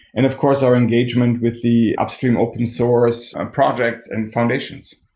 and of course our engagement with the upstream open source projects and foundations.